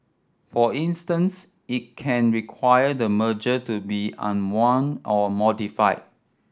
for instance it can require the merger to be unwound or modified